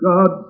God